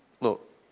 look